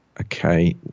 okay